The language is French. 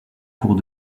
cours